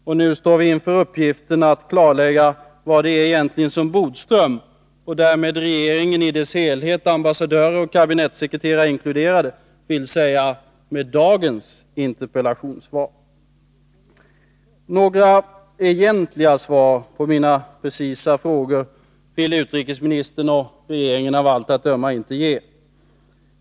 Och nu står vi inför uppgiften att klarlägga vad det egentligen är som Bodström och därmed regeringen i dess helhet, ambassadörer och kabinettssekreterare inkluderade, vill säga med dagens interpellationssvar. Några egentliga svar på mina precisa frågor vill utrikesministern och regeringen av allt att döma inte ge.